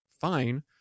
fine